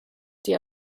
die